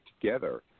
together